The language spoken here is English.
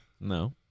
No